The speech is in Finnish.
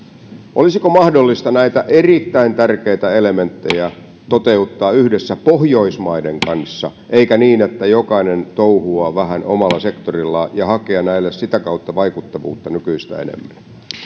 olisiko mahdollista näitä erittäin tärkeitä elementtejä toteuttaa yhdessä pohjoismaiden kanssa ettei olisi niin että jokainen touhuaa vähän omalla sektorillaan ja olisiko mahdollista hakea näille sitä kautta vaikuttavuutta nykyistä enemmän